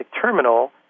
terminal